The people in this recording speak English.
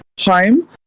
home